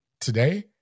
Today